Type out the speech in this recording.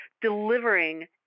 delivering